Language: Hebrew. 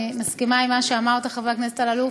אני מסכימה עם מה שאמרת, חבר הכנסת אלאלוף,